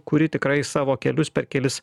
kuri tikrai savo kelius per kelis